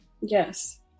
Yes